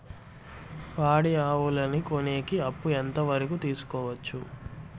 పాడి ఆవులని కొనేకి అప్పు ఎంత వరకు తీసుకోవచ్చు?